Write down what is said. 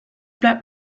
bleibt